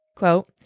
quote